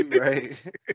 Right